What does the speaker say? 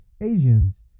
Asians